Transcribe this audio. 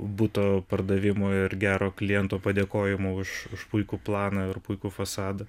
buto pardavimo ir gero kliento padėkojimo už už puikų planą ir puikų fasadą